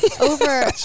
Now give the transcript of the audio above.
over